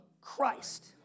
Christ